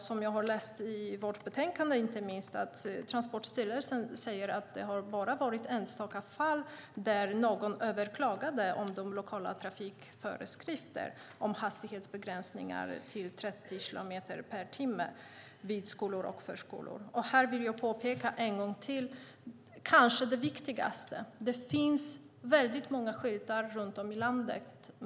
Som jag har läst inte minst i vårt betänkande säger Transportstyrelsen att det bara har varit enstaka fall där någon har överklagat de lokala trafikföreskrifterna om hastighetsbegränsning till 30 kilometer i timmen vid skolor och förskolor. Här vill jag påpeka en gång till vad som kanske är det viktigaste: Det finns väldigt många skyltar runt om i landet.